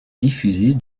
diffusée